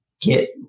get